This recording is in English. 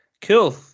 cool